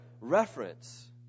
reference